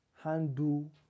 handle